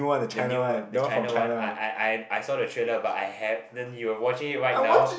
the new one the China one I I I I saw the trailer but I then you are watching it right now